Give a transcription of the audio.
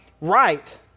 right